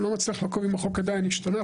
אני לא מצליח לעקוב אם החוק עדיין השתנה,